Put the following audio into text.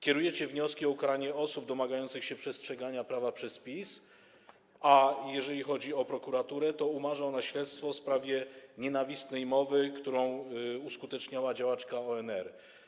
Kierujecie wnioski o ukaranie osób domagających się przestrzegania prawa przez PiS, a jeżeli chodzi o prokuraturę, to umarza ona śledztwo w sprawie nienawistnej mowy, którą uskuteczniała działaczka ONR.